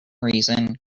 reason